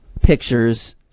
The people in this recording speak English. pictures